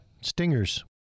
stingers